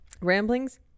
ramblings